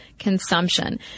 Consumption